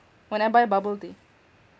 when I buy bubble tea